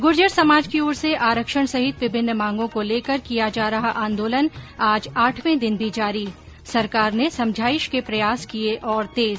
गूर्जर समाज की ओर से आरक्षण सहित विभिन्न मांगों को लेकर किया जा रहा आंदोलन आज आठवें दिन भी जारी सरकार ने समझाईश के प्रयास किये और तेज